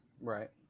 Right